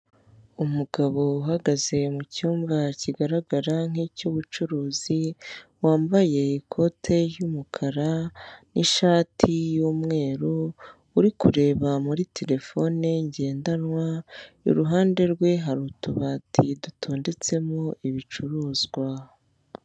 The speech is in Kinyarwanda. Umugabo uhagaze mucyumba kigaragara nk'icy'ubucuruzi wambaye ikote ry'umukara n'ishati y'umweru uri kureba muri terefone ngendanwa, iruhande rwe hari utubati dutondetsemo ibicuruzwa.